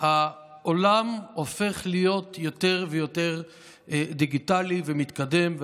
העולם הופך להיות יותר ויותר דיגיטלי ומתקדם,